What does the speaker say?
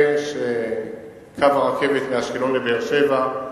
לוודא שאכן קו הרכבת מאשקלון לבאר-שבע,